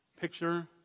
Picture